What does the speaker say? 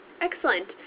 Excellent